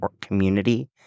community